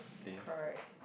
correct